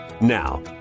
Now